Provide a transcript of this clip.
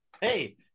Hey